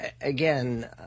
Again